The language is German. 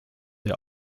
der